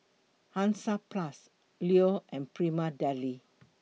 Hansaplast Leo and Prima Deli